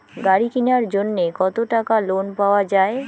গাড়ি কিনার জন্যে কতো টাকা লোন পাওয়া য়ায়?